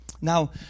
Now